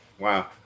wow